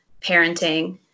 parenting